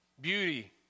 Beauty